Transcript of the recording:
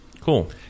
Cool